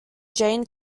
jane